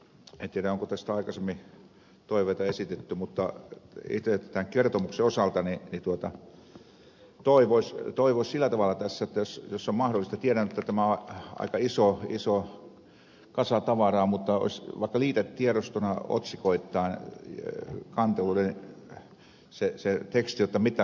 en tiedä onko tästä aikaisemmin toiveita esitetty mutta itse tämän kertomuksen osalta toivoisi sillä tavalla tässä jotta jos se on mahdollista tiedän jotta tämä on aika iso kasa tavaraa olisi vaikka liitetiedostona otsikoittain kanteluiden se teksti mitä se mahdollisesti sisältää